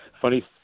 funny